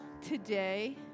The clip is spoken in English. today